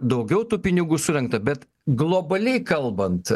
daugiau tų pinigų surinkta bet globaliai kalbant